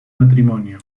matrimonio